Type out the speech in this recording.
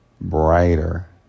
brighter